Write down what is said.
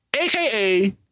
AKA